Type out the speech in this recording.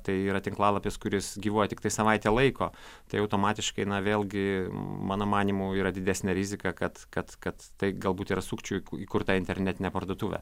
tai yra tinklalapis kuris gyvuoja tiktai savaitę laiko tai automatiškai na vėlgi mano manymu yra didesnė rizika kad kad kad tai galbūt yra sukčių įkurta internetinė parduotuvė